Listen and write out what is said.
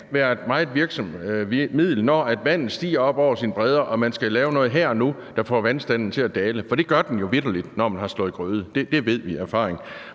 det kan være et meget virksomt middel, når vandet går over sine bredder og man skal lave noget her og nu, der får vandstanden til at falde, for det gør den jo vitterlig, når man har skåret grøde. Det ved vi af erfaring.